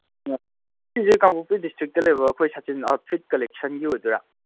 ꯑꯥ ꯁꯤꯁꯦ ꯀꯥꯡꯄꯣꯛꯄꯤ ꯗꯤꯁꯇ꯭ꯔꯤꯛꯇ ꯂꯩꯕ ꯑꯩꯈꯣꯏ ꯁꯆꯤꯟ ꯑꯥꯎꯠꯐꯤꯠ ꯀꯂꯦꯛꯁꯟꯒꯤ ꯑꯣꯏꯗꯣꯏꯔꯥ